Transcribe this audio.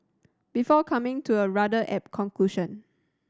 before coming to a rather apt conclusion